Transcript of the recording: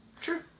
True